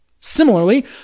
Similarly